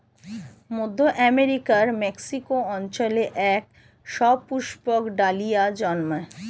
মধ্য আমেরিকার মেক্সিকো অঞ্চলে এক সুপুষ্পক ডালিয়া জন্মায়